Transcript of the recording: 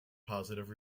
positive